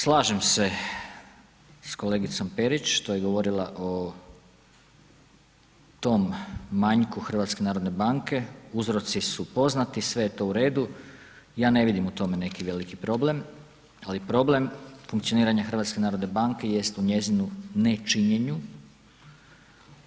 Slažem se s kolegicom Perić što je govorila o tom manjku HNB-a, uzroci su poznati, sve je to u redu, ja ne vidim u tome neki veliki problem ali problem funkcioniranja HNB-a jest u njezinu nečinjenju,